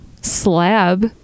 slab